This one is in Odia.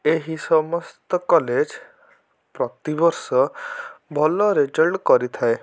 ଏହି ସମସ୍ତ କଲେଜ୍ ପ୍ରତି ବର୍ଷ ଭଲ ରେଜଲ୍ଟ କରିଥାଏ